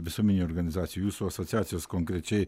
visuomeninių organizacijų jūsų asociacijos konkrečiai